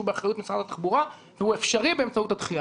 באחריות משרד התחבורה והוא אפשרי באמצעות הדחייה.